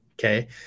okay